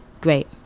great